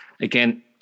again